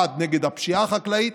1. נגד הפשיעה החקלאית,